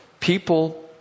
People